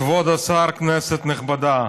כבוד השר, כנסת נכבדה,